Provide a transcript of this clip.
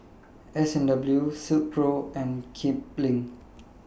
S and W Silkpro and Kipling